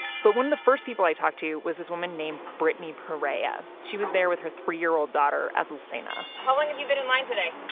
but one of the first people i talked to was this woman named brittanie perea. she was there with her three-year-old daughter, azulcena how long have you been in line today?